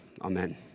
Amen